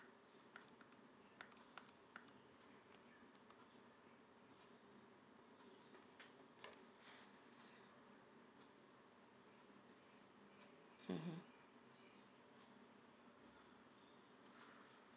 hmm hmm